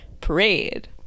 parade